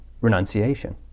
renunciation